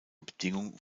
bedingung